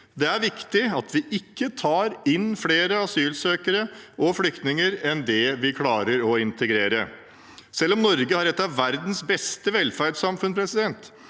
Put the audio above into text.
Det er viktig at vi ikke tar inn flere asylsøkere og flyktninger enn vi klarer å integrere. Selv om Norge har et av verdens beste velferdssamfunn,